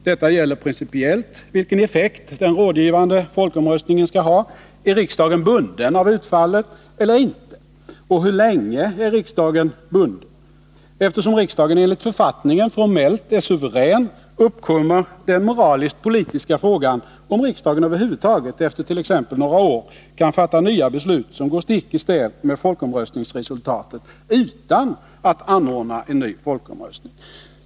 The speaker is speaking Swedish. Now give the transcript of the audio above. Detta gäller principiellt vilken effekt den rådgivande folkomröstningen skall ha. Är riksdagen bunden av utfallet eller inte? Och hur länge är riksdagen bunden? Eftersom riksdagen enligt författningen formellt är suverän uppkommer den moraliskt politiska frågan om riksdagen över huvud taget efter t.ex. några år kan fatta nya beslut som går stick i stäv med folkomröstningsresultatet utan att anordna en ny folkomröstning.